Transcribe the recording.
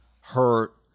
hurt